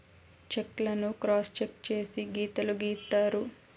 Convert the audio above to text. check లను cross cheque చేసి గీతలు గీత్తారు